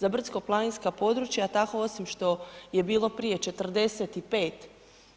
Za brdsko planinska područja, tako osim što je bilo prije 45